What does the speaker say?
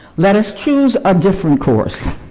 let us choose a different course.